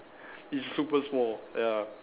it's super small ya